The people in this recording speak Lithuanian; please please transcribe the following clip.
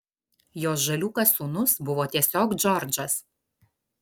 jos žaliūkas sūnus buvo tiesiog džordžas